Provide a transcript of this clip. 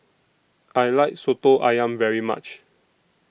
I like Soto Ayam very much